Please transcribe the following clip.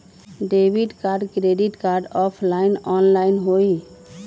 Debit card credit card offline online होई?